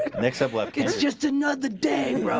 like next i've loved kids just another day rob.